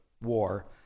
war